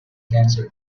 cancer